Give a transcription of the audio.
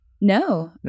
No